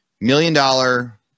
million-dollar